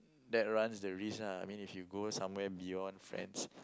that runs the risk lah I mean if you go somewhere beyond friends